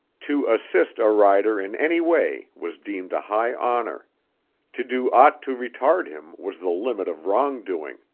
to assist a rider in any way was deemed a high honor to do aught to retard him was the limit of wrong-doing,